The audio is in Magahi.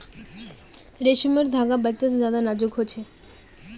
रेसमर धागा बच्चा से ज्यादा नाजुक हो छे